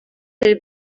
del